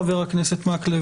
חבר הכנסת מקלב,